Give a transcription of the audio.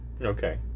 Okay